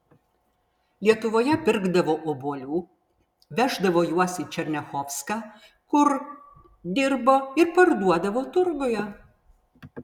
lietuvoje pirkdavo obuolių veždavo juos į černiachovską kur dirbo ir parduodavo turguje